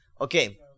Okay